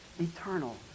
eternal